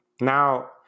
Now